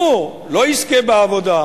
הוא לא יזכה בעבודה,